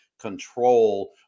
control